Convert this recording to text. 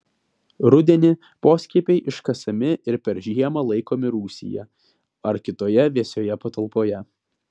rudenį poskiepiai iškasami ir per žiemą laikomi rūsyje ar kitoje vėsioje patalpoje